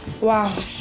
wow